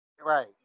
Right